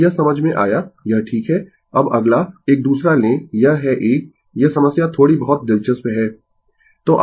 तो यह समझ में आया यह ठीक है अब अगला एक दूसरा लें यह है एक यह समस्या थोड़ी बहुत दिलचस्प है